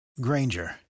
Granger